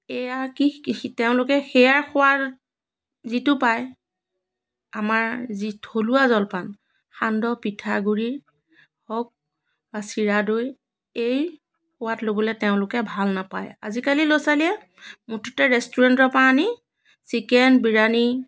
এইয়া কি তেওঁলোকে সেইয়াৰ সোৱাদ যিটো পায় আমাৰ যি থলুৱা জলপান সান্দহ পিঠাগুড়িৰ হওক বা চিৰা দৈ এই সোৱাদ ল'বলৈ তেওঁলোকে ভাল নেপায় আজিকালি ল'ৰা ছোৱালীয়ে মুঠতে ৰেষ্টুৰেণ্টৰ পৰা আনি চিকেন বিৰিয়ানি